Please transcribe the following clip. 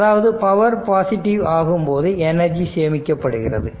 அதாவது power positive ஆகும்போது energy சேமிக்கப்படுகிறது